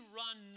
run